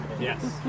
yes